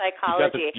psychology